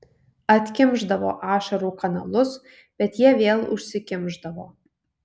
atkimšdavo ašarų kanalus bet jie vėl užsikimšdavo